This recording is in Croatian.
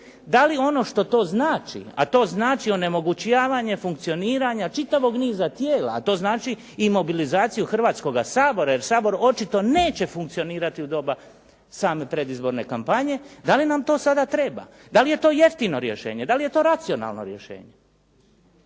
Da li ono što to znači a to znači onemogućavanje funkcioniranja čitavog niza tijela a to znači i mobilizaciju Hrvatskoga sabora jer Sabor očito neće funkcionirati u doba same predizborne kampanje. Da li to nam sada treba? Da li je to jeftino rješenje? Da li je to racionalno rješenje?